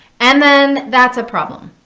and then that's a problem.